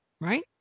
right